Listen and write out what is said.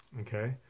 okay